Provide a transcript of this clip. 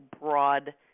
broad